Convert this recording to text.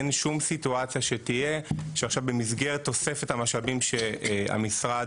אין שום סיטואציה שתהיה שעכשיו במסגרת תוספת המשאבים שהמשרד,